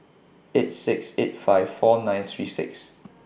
eight six eight five four nine three six